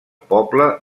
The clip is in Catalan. poble